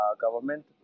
government